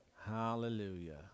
Hallelujah